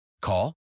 Call